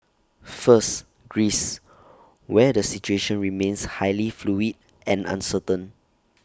first Greece where the situation remains highly fluid and uncertain